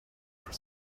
for